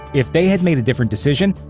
if they had made a different decision,